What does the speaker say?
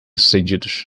sucedidos